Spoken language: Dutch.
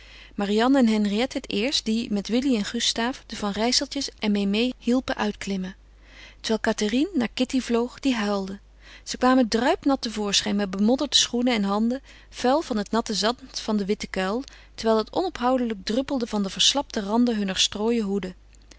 marianne en henriette het eerst die met willy en gustaaf de van rijsseltjes en memée hielpen uitklimmen terwijl cathérine naar kitty vloog die huilde zij kwamen druipnat te voorschijn met bemodderde schoenen en handen vuil van het natte zand van den witten kuil terwijl het onophoudelijk druppelde van de verslapte randen hunner strooien hoeden